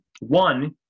one